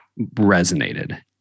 resonated